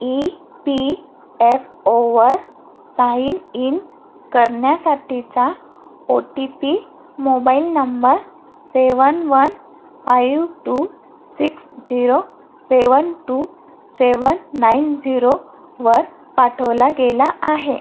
E P F ओवर sign in करण्यासाठीचा O T P mobile number seven one five two six zero seven two seven nine झिरोवर पाठवला गेला आहे